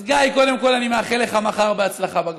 אז גיא, קודם כול אני מאחל לך בהצלחה מחר בגמר.